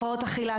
הפרעות אכילה,